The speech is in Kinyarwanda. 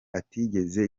atigeze